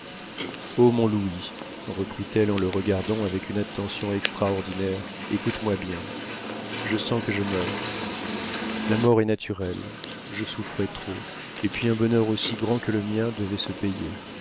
mon louis reprit-elle en le regardant avec une attention extraordinaire écoute-moi bien je sens que je meurs ma mort est naturelle je souffrais trop et puis un bonheur aussi grand que le mien devait se payer